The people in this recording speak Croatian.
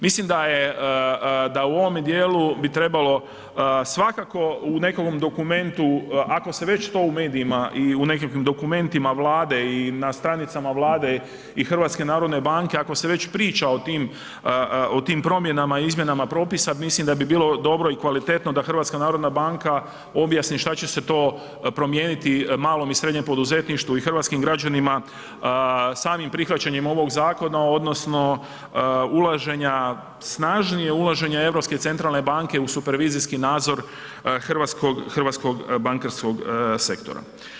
Mislim da u ovom djelu bi trebalo svakako u nekakvom dokumentu ako se već to u medijima i u nekakvim dokumentima Vlade i na stranicama Vlade i HNB-a, ako se već priča o tim promjenama i izmjenama propisa, mislim da bi bilo dobro i kvalitetno da HNB objasni šta će se to promijeniti malom i srednjem poduzetništvu i hrvatskim građanima samim prihvaćanjem ovog zakona odnosno snažnije ulaženje Europske centralne banke u supervizijski nadzor hrvatskog bankarskog sektora.